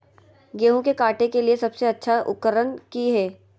गेहूं के काटे के लिए सबसे अच्छा उकरन की है?